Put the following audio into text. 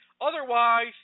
Otherwise